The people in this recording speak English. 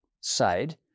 side